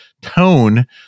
tone